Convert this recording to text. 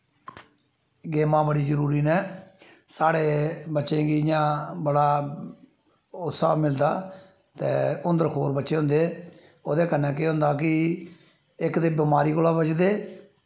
गेमां बड़ी जरूरी नै साढ़ें बच्चें गी बड़ा इ'यां हौंसलां मिलदा ते हुदलखोर बच्चे होंदे ओह्दे कन्नै केह् होंदा कि इक ते बमारी कोला बचदे